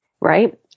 right